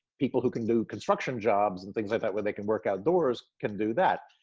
people who can do construction jobs and things like that where they can work outdoors, can do that.